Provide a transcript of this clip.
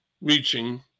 reaching